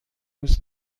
روز